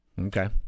Okay